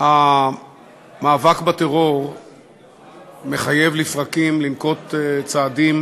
המאבק בטרור מחייב לפרקים לנקוט צעדים